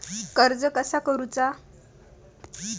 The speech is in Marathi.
कर्ज कसा करूचा?